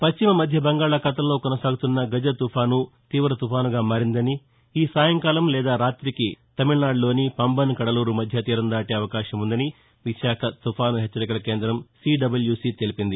పశ్చిమ మధ్య బంగాళాఖాతంలో కొనసాగుతున్న గజ తుపాను తీవ తుపానుగా మారిందని ఈ సాయంకాలం లేదా రాతికి తమిళనాడులోని పంబన్ కడలూరు మధ్య తీరం దాటే అవకాశం ఉందని విశాఖ తుపాను హెచ్చరికల కేంద్రం సిడబ్యూసీ తెలిపింది